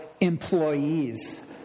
employees